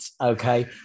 okay